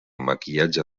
maquillatge